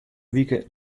wike